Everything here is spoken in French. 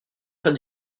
très